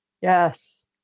Yes